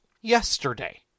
yesterday